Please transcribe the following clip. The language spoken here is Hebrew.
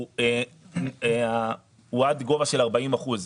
הוא עד גובה של 40 אחוזים.